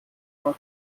von